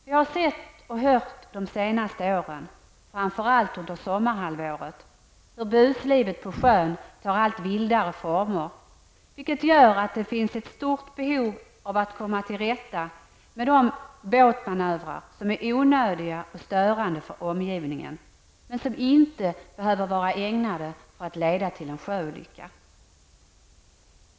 Vi har sett och hört de senaste åren, framför allt under sommarhalvåret, hur buslivet på sjön tar allt vildare former, vilket gör att det finns ett stort behov av att komma till rätta med de båtmanövrar som är onödiga och störande för omgivningen, men som inte behöver vara ägnade att leda till en sjöolycka.